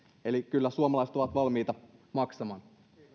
eli kyllä suomalaiset ovat valmiita maksamaan